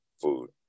food